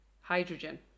hydrogen